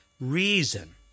reason